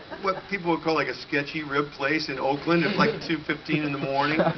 what people would call like a sketchy rib place in oakland at, like, two fifteen in the morning!